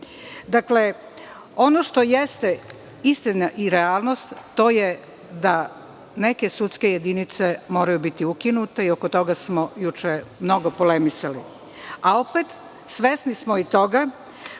zakona. Ono što jeste istina i realnost, to je da neke sudske jedinice moraju biti ukinute i oko toga smo juče mnogo polemisali, a opet svesni smo i toga